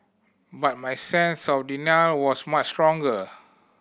but my sense of denial was much stronger